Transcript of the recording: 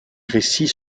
récits